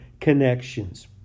Connections